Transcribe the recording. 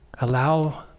Allow